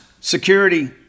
Security